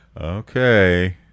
Okay